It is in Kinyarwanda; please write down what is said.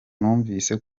numvise